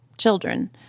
children